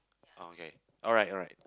okay alright alright